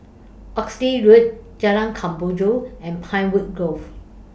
Oxley Road Jalan Kemboja and Pinewood Grove